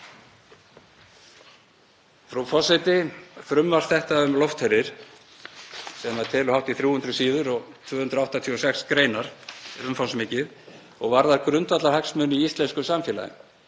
Frú forseti. Frumvarp þetta um loftferðir telur hátt í 300 síður og 286 gr. Þetta er umfangsmikið og varðar grundvallarhagsmuni í íslensku samfélagi.